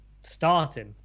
starting